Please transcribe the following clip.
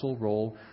role